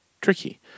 tricky